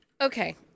Okay